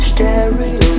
Stereo